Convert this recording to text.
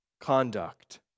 conduct